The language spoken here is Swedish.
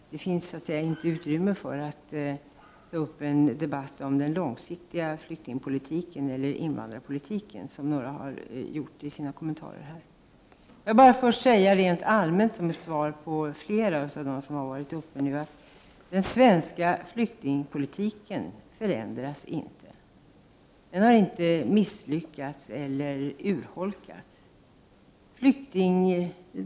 Det finns inte utrymme för att ta upp en debatt om den långsiktiga flyktingpolitiken eller invandrarpolitiken, som några talare har gjort i sina inlägg. Jag vill först rent allmänt säga, som ett svar till flera av de tidigare talarna, att den svenska flyktingpolitiken inte förändras. Den har inte misslyckats eller urholkats.